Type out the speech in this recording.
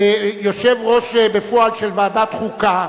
יושב-ראש בפועל של ועדת חוקה,